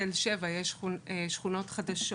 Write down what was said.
בתל שבע יש שכונות חדשות,